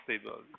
stable